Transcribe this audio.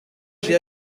j’ai